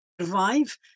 survive